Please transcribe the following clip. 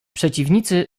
przeciwnicy